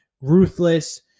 Ruthless